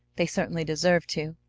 they certainly deserve to.